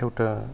एउटा